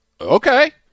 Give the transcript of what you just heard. Okay